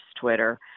Twitter